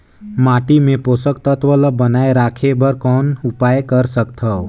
माटी मे पोषक तत्व ल बनाय राखे बर कौन उपाय कर सकथव?